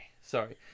sorry